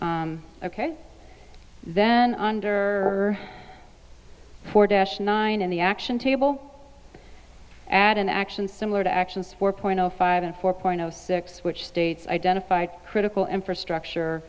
ok then under four dash nine in the action table add an action similar to actions four point zero five and four point zero six which states identified critical infrastructure